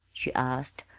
she asked,